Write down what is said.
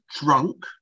drunk